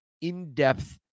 in-depth